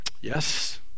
Yes